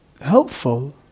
helpful